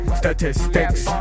statistics